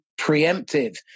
preemptive